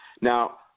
Now